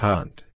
Hunt